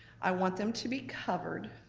i want them to be covered